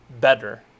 better